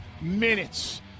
minutes